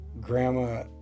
Grandma